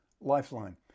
lifeline